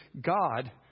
God